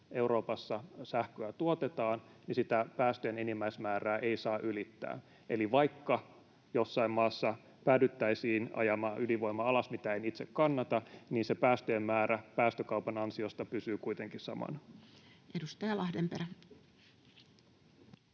Euroopassa sähköä tuotetaan, sitä päästöjen enimmäismäärää ei saa ylittää. Eli vaikka jossain maassa päädyttäisiin ajamaan ydinvoima alas, mitä en itse kannata, niin se päästöjen määrä päästökaupan ansiosta pysyy kuitenkin samana. Edustaja Lahdenperä.